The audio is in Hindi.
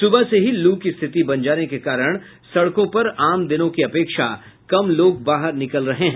सुबह से ही लू की स्थिति बन जाने के कारण सड़कों पर आम दिनों की अपेक्षा कम लोग बाहर निकल रहे हैं